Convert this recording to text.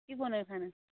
के बनायौ खाना